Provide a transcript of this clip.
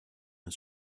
his